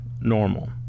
normal